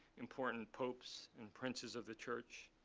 important popes and princes of the church